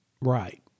right